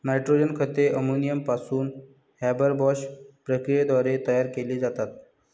nitrogen खते ammonia पासून Haber Bosch प्रक्रियेद्वारे तयार केली जातात